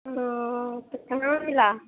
ओ तो कहाँ मिला